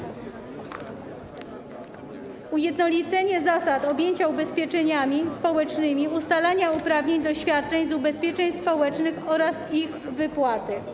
Chodzi o ujednolicenie zasad objęcia ubezpieczeniami społecznymi ustalania uprawnień do świadczeń z ubezpieczeń społecznych oraz ich wypłaty.